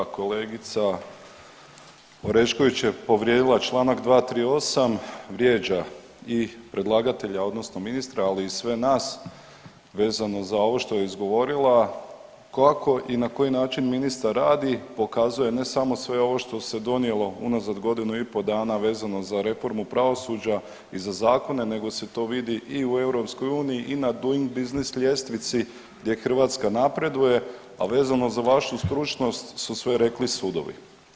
Kolegica Orešković je povrijedila čl. 238. vrijeđa i predlagatelja odnosno ministra, ali i sve nas vezano za ovo što je izgovorila, kako i na koji način ministar radi pokazuje ne samo sve ovo što se donijelo unazad godinu i po dana vezano za reformu pravosuđa i za zakone nego se to vidi i u EU i na Doing business ljestvici gdje Hrvatska napreduje, a vezano za vašu stručnost su sve rekli sudovi.